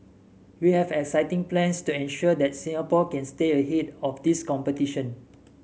we have exciting plans to ensure that Singapore can stay ahead of this competition